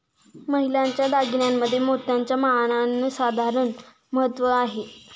महिलांच्या दागिन्यांमध्ये मोत्याच्या माळांना अनन्यसाधारण महत्त्व आहे